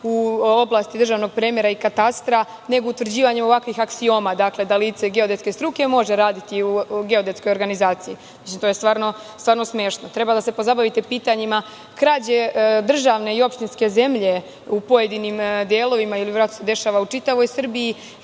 u oblasti državnog premera i katastra, nego utvrđivanju ovakvih aksioma, da lice geodetske struke može raditi u geodetskoj organizaciji. To je zaista smešno. Treba da se pozabavite pitanjima krađe državne i opštinske zemlje u pojedinim delovima, a verovatno se dešava u čitavoj Srbiji,